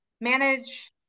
manage